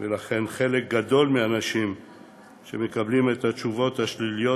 ולכן חלק גדול מהאנשים שמקבלים את התשובות השליליות,